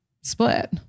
split